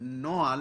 הנוהל